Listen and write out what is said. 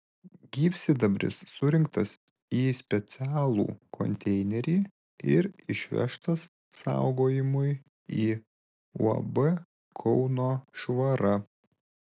gyvsidabris surinktas į specialų konteinerį ir išvežtas saugojimui į uab kauno švara